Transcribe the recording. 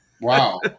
wow